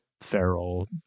feral